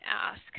ask